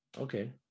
Okay